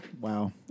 wow